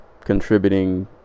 contributing